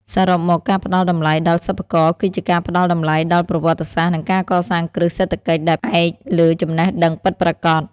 សរុបមក ការផ្ដល់តម្លៃដល់សិប្បករគឺជាការផ្ដល់តម្លៃដល់ប្រវត្តិសាស្ត្រ និងការកសាងគ្រឹះសេដ្ឋកិច្ចដែលផ្អែកលើចំណេះដឹងពិតប្រាកដ។